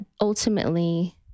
ultimately